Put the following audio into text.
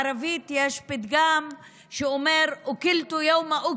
בערבית יש פתגם שאומר: (אומרת בערבית ומתרגמת:)